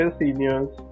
seniors